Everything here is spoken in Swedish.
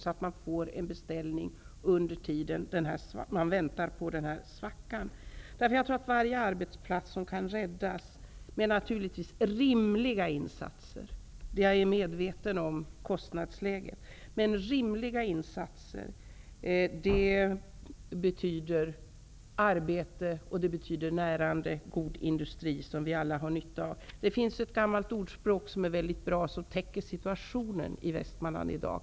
Då kan man få en beställning under tiden svackan pågår. Varje arbetsplats som kan räddas naturligtvis med rimliga insatser -- jag är medveten om kostnadsläget -- betyder arbete och närande, god industri som vi alla har nytta av. Det finns ett gammalt ordspråk som är mycket bra och som illustrerar situationen i Västmanland i dag.